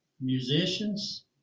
musicians